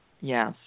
Yes